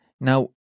Now